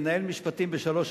לנהל משפטים שלוש,